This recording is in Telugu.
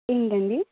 ఉందండి